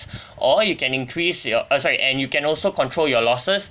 or you can increase your uh sorry and you can also control your losses